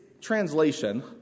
translation